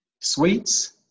Sweets